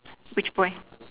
which boy